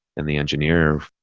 and the engineer,